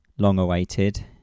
long-awaited